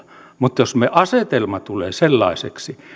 mutta jos asetelma tulee sellaiseksi